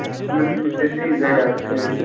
تِمَن ترٛٲوِو تُہۍ بیٚیہِ زٕ ڈَبہٕ سۭتۍ